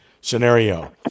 scenario